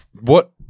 What-